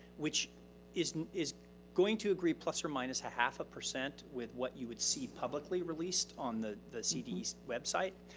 which is is going to agree plus or minus a half a percent with what you would see publicly released on the the cd's website.